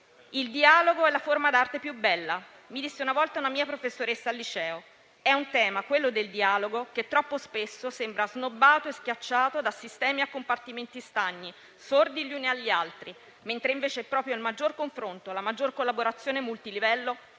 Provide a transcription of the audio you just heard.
Il dialogo è la forma d'arte più bella: mi disse una volta una mia professoressa al liceo. È un tema, quello del dialogo, che troppo spesso sembra snobbato e schiacciato da sistemi a compartimenti stagni, sordi gli uni agli altri; mentre invece sono proprio il maggior confronto e la maggior collaborazione multilivello